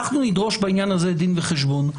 אנחנו נדרוש בעניין הזה דין וחשבון.